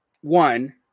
one